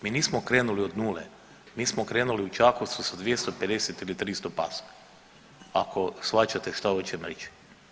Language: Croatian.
Mi nismo krenuli od nule, mi smo krenuli u Čakovcu sa 250 ili 300 pasa, ako shvaćate šta hoćem reći.